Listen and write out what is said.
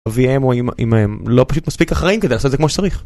ה-vm או אם הם לא פשוט מספיק אחרים כדי לעשות את זה כמו שצריך